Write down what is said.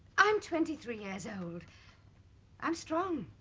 i'm twenty three years old i'm strong.